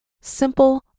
simple